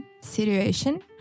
situation